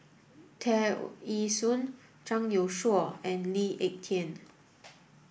Tear Ee Soon Zhang Youshuo and Lee Ek Tieng